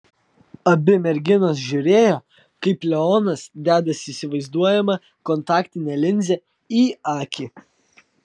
abi merginos žiūrėjo kaip leonas dedasi įsivaizduojamą kontaktinę linzę į akį